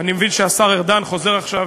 אני מבין שהשר ארדן חוזר עכשיו,